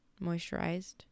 moisturized